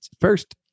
first